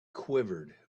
quivered